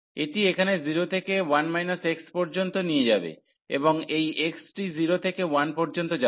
এটি এখানে 0 থেকে 1 x পর্যন্ত নিয়ে যাবে এবং এই x টি 0 থেকে 1 পর্যন্ত যাবে